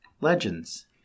Legends